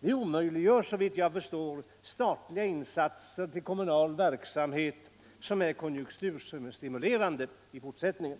Det omöjliggör såvitt jag förstår konjunkturstimulerande statliga insatser till kommunal verksamhet i fortsättningen.